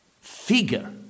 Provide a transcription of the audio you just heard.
figure